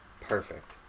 perfect